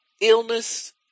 illness